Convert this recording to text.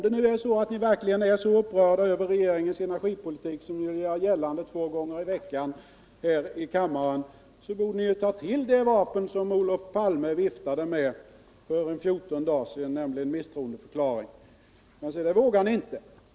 Men om ni nu verkligen är så upprörda över regeringens energipolitik som ni vill göra gällande två gånger i veckan här i kammaren, då borde ni ju ta till det vapen som Olof Palme viftade med för ungefär 14 dagar sedan, nämligen misstroendeförklaring. Men det vågar ni inte.